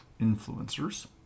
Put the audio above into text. influencers